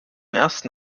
ersten